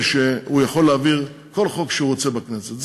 שהוא יכול להעביר כל חוק שהוא רוצה בכנסת.